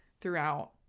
throughout